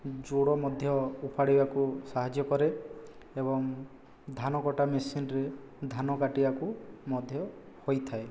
ଯୋଡ଼ ମଧ୍ୟ ଉପାଡ଼ିବାକୁ ସାହାଯ୍ୟ କରେ ଏବଂ ଧାନକଟା ମେସିନରେ ଧାନ କାଟିବାକୁ ମଧ୍ୟ ହୋଇଥାଏ